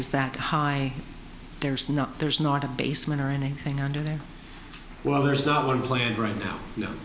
is that high there's not there's not a basement or anything under there well there's not one player right now